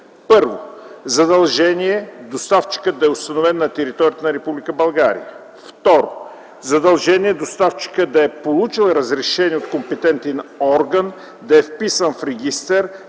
1. задължение доставчикът да е установен на територията на Република България; 2. задължение доставчикът да е получил разрешение от компетентен орган, да е вписан в регистър